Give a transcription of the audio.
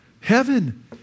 Heaven